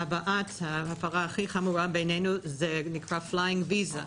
ההפרה הכי חמורה בעינינו נקראת flying visa.